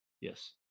Yes